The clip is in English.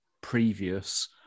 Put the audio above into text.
previous